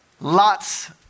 Lots